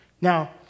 Now